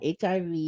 HIV